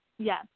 Yes